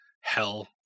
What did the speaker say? Hell